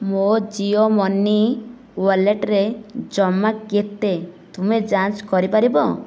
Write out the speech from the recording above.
ମୋ ଜିଓ ମନି ୱାଲେଟ୍ରେ ଜମା କେତେ ତୁମେ ଯାଞ୍ଚ୍ କରିପାରିବ